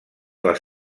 les